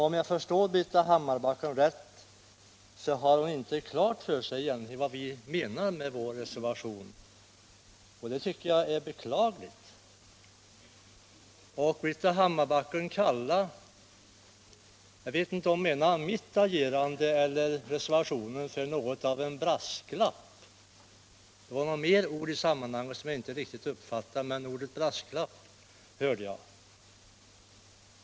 Om jag förstår Britta Hammarbacken rätt så har hon inte egentligen klart för sig vad vi menar med vår reservation, och det tycker jag är beklagligt. Britta Hammarbacken kallade mitt agerande eller reservationen — jag vet inte vilket hon menade — för något av en brasklapp. Det var något mer ord i sammanhanget som jag inte riktigt uppfattade, men ordet brasklapp hörde jag.